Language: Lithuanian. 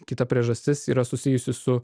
kita priežastis yra susijusi su